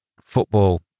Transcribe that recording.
football